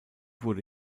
wurde